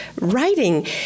writing